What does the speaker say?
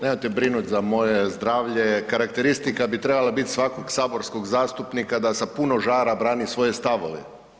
Nemojte brinuti za moje zdravlje, karakteristika bi trebala biti svakog saborskog zastupnika da sa puno žara brani svoje stavove.